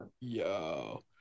Yo